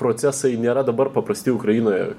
procesai nėra dabar paprasti ukrainoje